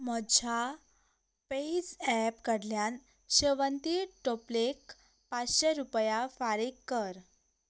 म्हज्या पेझॅप कडल्यान शेवन्ती टोपलेक पांचशे रुपया फारीक कर